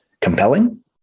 compelling